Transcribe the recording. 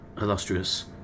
illustrious